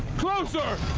closer!